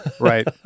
Right